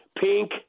pink